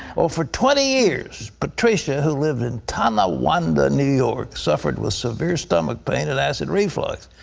for twenty years, patricia, who lives in tanawanda, new york, suffered with severe stomach pain and acid reflux.